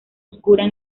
oscuras